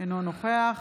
אינו נוכח